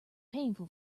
painful